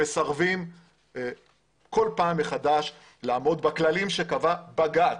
מסרבים כל פעם מחדש לעמוד בכללים שקבע בג"ץ,